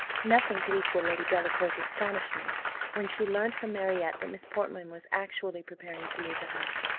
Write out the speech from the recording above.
nothing could equal lady delacour's astonishment when she learnt from marriott that miss portman was actually preparing to leave the house.